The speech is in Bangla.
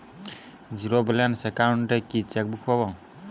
জীরো ব্যালেন্স অ্যাকাউন্ট এ কি চেকবুক পাব?